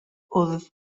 wddf